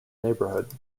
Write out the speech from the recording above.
neighborhood